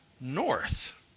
north